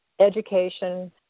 education